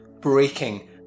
breaking